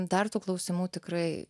dar tų klausimų tikrai